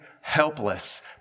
helpless